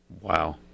Wow